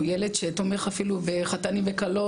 הוא ילד שתומך אפילו בחתנים וכלות,